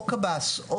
או קב"ס,